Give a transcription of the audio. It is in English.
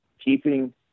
keeping